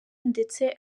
ndetse